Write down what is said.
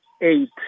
eight